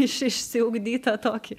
iš išsiugdytą tokį